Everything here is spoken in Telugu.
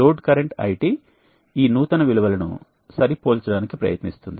లోడ్ కరెంట్ IT ఈ నూతన విలువను సరిపోల్చడానికి ప్రయత్నిస్తుంది